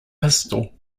pistol